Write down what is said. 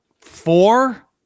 four